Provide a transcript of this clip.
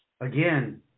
again